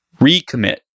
Recommit